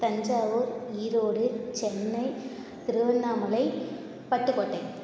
Thanjavur Erode Chennai Tiruvannamalai Pattukkottai